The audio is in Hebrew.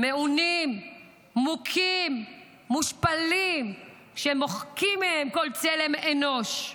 מעונים, מוכים, מושפלים, מוחקים מהם כל צלם אנוש.